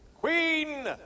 Queen